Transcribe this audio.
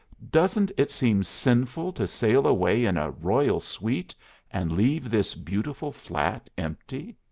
doesn't it seem sinful to sail away in a royal suite and leave this beautiful flat empty?